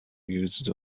used